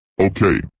Okay